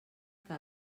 que